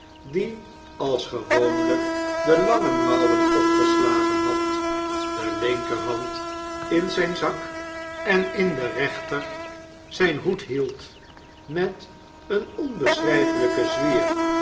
die als gewoonlijk de lange mouwen opgeslagen had de linkerhand in zijn zak en in de rechter zijn hoed hield met een onbeschrijfelijken zwier